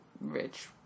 rich